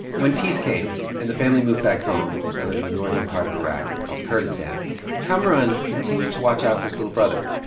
when peace came and the family moved back home they live in the northern part of iraq called kurdistan kamaran continued to watch out for his little brother.